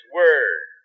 word